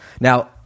now